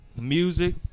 Music